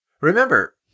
Remember